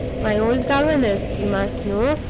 my old governess, you must know,